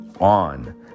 on